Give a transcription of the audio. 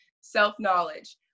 self-knowledge